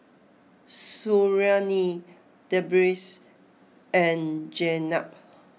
Suriani Deris and Jenab